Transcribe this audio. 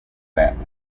that